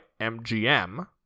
MGM